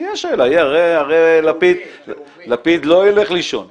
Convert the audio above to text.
תהיה השאלה, הרי לפיד לא יילך לישון --- לאומי?